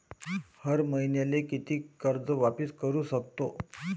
हर मईन्याले कितीक कर्ज वापिस करू सकतो?